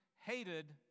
hated